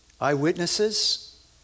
eyewitnesses